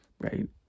right